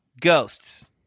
Ghosts